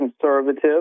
conservative